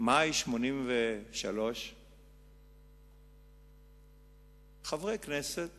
מאי 1983. חברי הכנסת